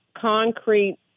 concrete